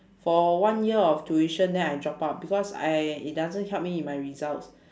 for one year of tuition then I drop out because I it doesn't help me in my results